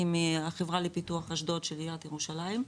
מהחברה לפיתוח אשדוד של עריית אשדוד,